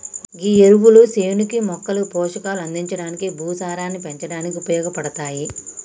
గీ ఎరువులు సేనుకి మొక్కలకి పోషకాలు అందించడానికి, భూసారాన్ని పెంచడానికి ఉపయోగపడతాయి